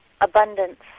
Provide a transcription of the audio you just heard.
Abundance